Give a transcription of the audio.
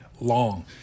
long